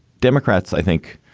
democrats, i think,